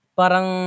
parang